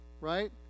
Right